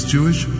Jewish